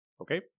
Okay